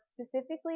specifically